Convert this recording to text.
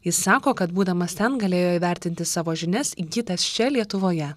jis sako kad būdamas ten galėjo įvertinti savo žinias įgytas čia lietuvoje